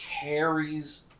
carries